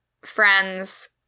friends